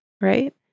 Right